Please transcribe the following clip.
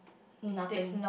nothing